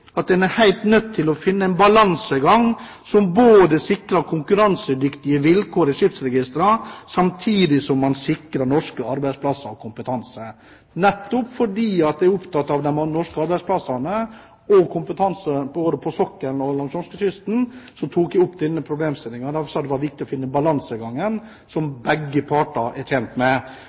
at en er helt nødt til å finne en balansegang som sikrer konkurransedyktige vilkår i skipsregistrene, samtidig som en sikrer norske arbeidsplasser og norsk kompetanse.» Nettopp fordi jeg er opptatt av de norske arbeidsplassene og kompetansen både på sokkelen og langs norskekysten, tok jeg opp denne problemstillingen. Jeg sa det var viktig å finne en balansegang som begge parter er tjent med.